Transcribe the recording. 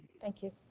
thank you.